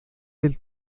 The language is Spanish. del